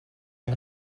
ein